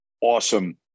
awesome